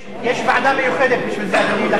יש ועדה מיוחדת בשביל זה, אדוני.